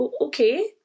okay